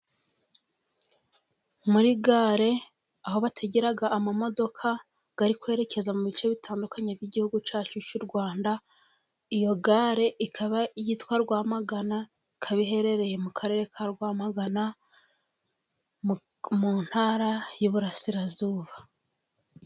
Muri gare aho bategera amamodoka ari kwerekeza mu bice bitandukanye by'igihugu cyacu cy'u Rwanda, iyo gare ikaba yitwa Rwamagana, ikaba iherereye mu karere ka Rwamagana, mu ntara y'Iburasirazuba.